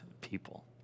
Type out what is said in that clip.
people